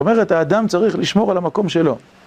זאת אומרת, האדם צריך לשמור על המקום שלו.